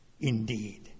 Indeed